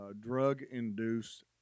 drug-induced